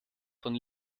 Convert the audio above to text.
von